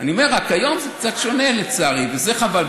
אני רק אומר שהיום זה קצת שונה, וזה חבל.